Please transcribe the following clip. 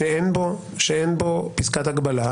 -- שאין בו פסקת ההגבלה.